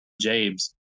James